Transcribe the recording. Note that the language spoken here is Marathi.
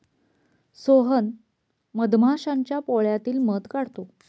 सोहन मधमाश्यांच्या पोळ्यातील मध काढतो